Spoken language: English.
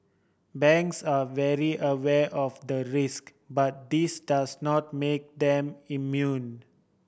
banks are very aware of the risk but this does not make them immune